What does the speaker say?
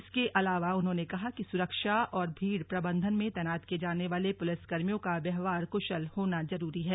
इसके अलावा उन्होंने कहा कि सुरक्षा और भीड प्रबंधन में तैनात किए जाने वाले पुलिसकर्मियों का व्यवहार कृशल होना जरूरी है